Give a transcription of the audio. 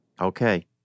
Okay